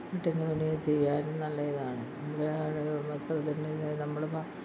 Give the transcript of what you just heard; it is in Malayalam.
പട്ടിൻ്റെ തുണി ചെയ്യാനും നല്ല ഇതാണ് നമ്മൾ വസ്ത്രത്തിൻ്റെ ഇത് നമ്മൾ